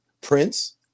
Prince